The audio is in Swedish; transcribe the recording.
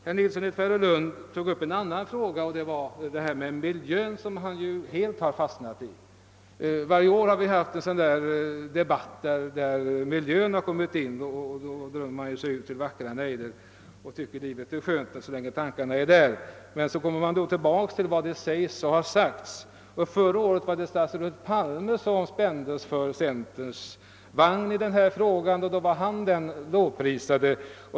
Herr Nilsson i Tvärålund tog vidare upp miljöfrågorna, som han helt fastnat i. Vi har varje år haft en debatt där dessa frågor har diskuterats, varvid man drömt sig bort till vackra nejder och tyckt att livet varit skönt. Låt oss emellertid se på vad som har sagts i detta sammanhang. Förra året var det statsrådet Palme, som spändes för cen terns vagn och blev lovprisad i dessa frågor.